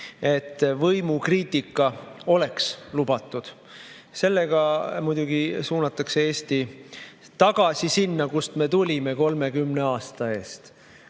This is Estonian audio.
võimu kohta oleks lubatud. Sellega suunatakse Eesti tagasi sinna, kust me tulime 30 aasta eest. Kui